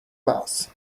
bus